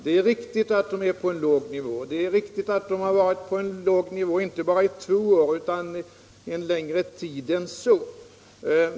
Det är riktigt att de ligger på en låg nivå och att de har gjort det inte bara i två år utan under en längre tid än så.